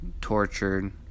tortured